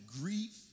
grief